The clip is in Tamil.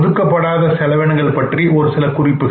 ஒதுக்கப்படாத செலவினங்கள் பற்றி ஒரு சில குறிப்புகள்